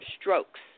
strokes